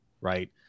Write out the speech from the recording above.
right